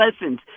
lessons